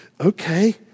Okay